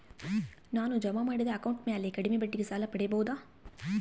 ನಾನು ಜಮಾ ಮಾಡಿದ ಅಕೌಂಟ್ ಮ್ಯಾಲೆ ಕಡಿಮೆ ಬಡ್ಡಿಗೆ ಸಾಲ ಪಡೇಬೋದಾ?